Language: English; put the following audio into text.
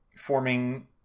forming